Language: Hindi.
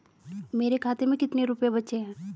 मेरे खाते में कितने रुपये बचे हैं?